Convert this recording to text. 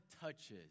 touches